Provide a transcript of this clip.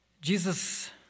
Jesus